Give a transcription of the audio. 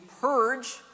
purge